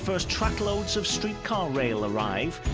first truckloads of streetcar rail arrive.